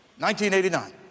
1989